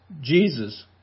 Jesus